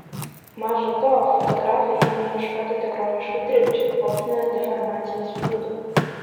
maža to fotografai ėmė ieškoti tikroviškų trikdžių optinės deformacijos būdų